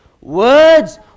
Words